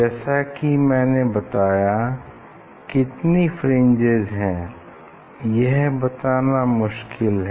जैसा कि मैंने बताया कितनी फ्रिंजेस हैं यह बताना मुश्किल है